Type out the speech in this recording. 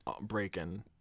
breaking